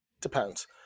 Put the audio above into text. depends